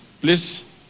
Please